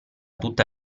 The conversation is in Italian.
tutta